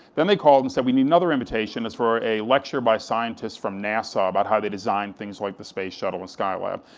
then they called and said, we need another invitation, it's for a lecture by scientists from nasa about how they design things like the space shuttle, the skylab.